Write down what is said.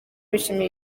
bishimira